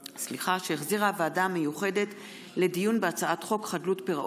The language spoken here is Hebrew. שהחזירה הוועדה המיוחדת לדיון בהצעת חוק חדלות פירעון